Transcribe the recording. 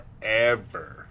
Forever